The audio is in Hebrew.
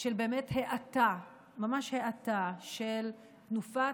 של האטה, ממש האטה, של תנופת,